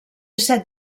set